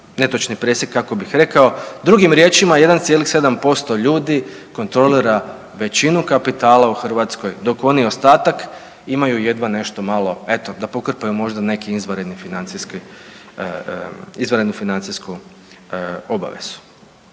netočni presjek kako bih rekao. Drugim riječima, 1,7% ljudi kontrolira većinu kapitala u Hrvatskoj dok oni ostatak imaju jedva nešto malo eto da pokrpaju možda neki izvanrednu financijsku obavezu.